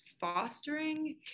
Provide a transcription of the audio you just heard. fostering